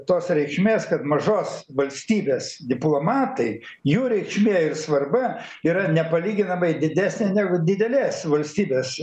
tos reikšmės kad mažos valstybės diplomatai jų reikšmė ir svarba yra nepalyginamai didesnė negu didelės valstybės